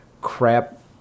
crap